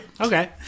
Okay